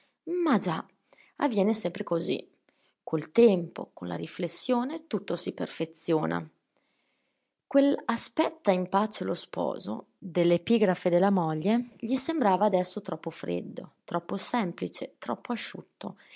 ma già avviene sempre così col tempo con la riflessione tutto si perfeziona quell aspetta in pace lo sposo dell'epigrafe della moglie gli sembrava adesso troppo freddo troppo semplice troppo asciutto